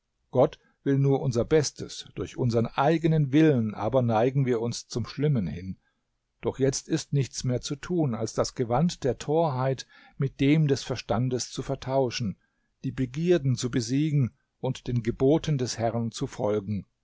gott will nur unser bestes durch unsern eigenen willen aber neigen wir uns zum schlimmen hin doch jetzt ist nichts mehr zu tun als das gewand der torheit mit dem des verstandes zu vertauschen die begierden zu besiegen und den geboten des herrn zu folgen